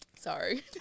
Sorry